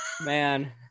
man